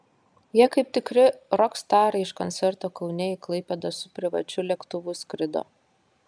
jie kaip tikri rokstarai iš koncerto kaune į klaipėdą su privačiu lėktuvu skrido